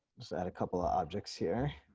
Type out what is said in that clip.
set a couple of objects here.